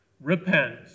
Repent